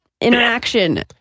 interaction